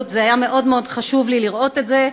היה מאוד מאוד חשוב לי לראות את זה,